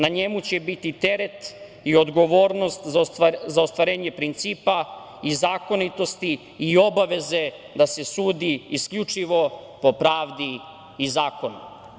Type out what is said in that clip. Na njemu će biti teret i odgovornost za ostvarenje principa i zakonitosti i obaveze da se sudi isključivo po pravdi i zakonu.